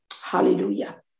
Hallelujah